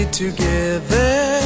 together